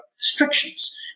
restrictions